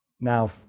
Now